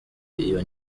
iyo